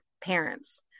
parents